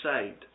saved